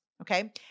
Okay